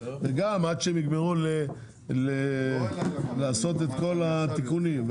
גם עד שהם יגמרו לעשות את כל התיקונים,